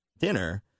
dinner